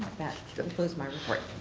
concludes my report.